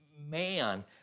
man